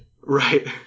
Right